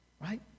right